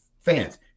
Fans